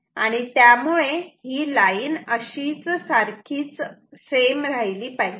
आणि त्यामुळे ही लाईन सेम राहिली पाहिजे